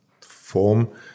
form